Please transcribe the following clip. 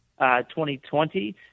2020